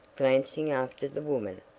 glancing after the woman.